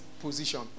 position